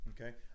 Okay